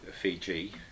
Fiji